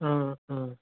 অঁ অঁ